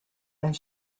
and